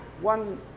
One